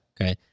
Okay